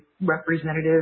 representative